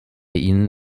ihnen